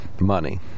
Money